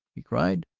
he cried.